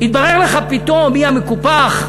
יתברר לך פתאום מי המקופח,